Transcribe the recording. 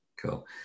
Cool